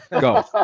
Go